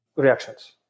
reactions